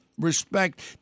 respect